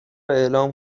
اعلام